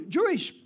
Jewish